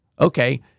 Okay